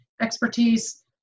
expertise